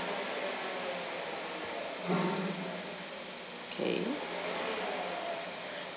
okay